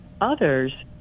Others